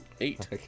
eight